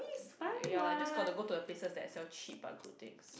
ya ya lah you just got to go to the places that sell cheap but good things